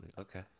Okay